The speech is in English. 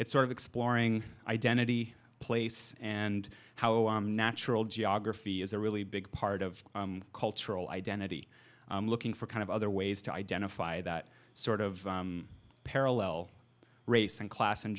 it's sort of exploring identity place and how natural geography is a really big part of cultural identity looking for kind of other ways to identify that sort of parallel race and class and